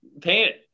paint